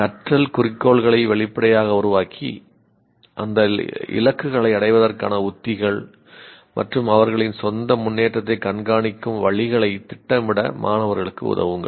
கற்றல் குறிக்கோள்களை வெளிப்படையாக உருவாக்கி இந்த இலக்குகளை அடைவதற்கான உத்திகள் மற்றும் அவர்களின் சொந்த முன்னேற்றத்தைக் கண்காணிக்கும் வழிகளைத் திட்டமிட மாணவர்களுக்கு உதவுங்கள்